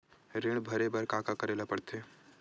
ऋण भरे बर का का करे ला परथे?